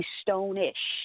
stone-ish